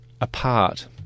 apart